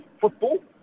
football